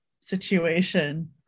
situation